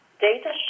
data